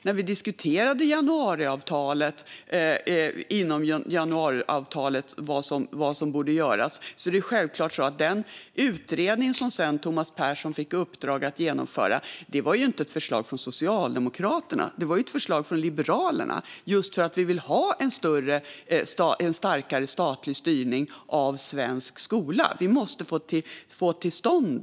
När vi diskuterade vad som borde göras inom januariavtalets ramar var det förslag som Thomas Persson fick i uppdrag att genomföra inte ett förslag från Socialdemokraterna, utan det var ett förslag från Liberalerna - just för vi vill ha en starkare statlig styrning av svensk skola. Det måste komma till stånd.